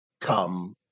Come